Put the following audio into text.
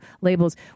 labels